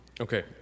Okay